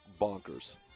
bonkers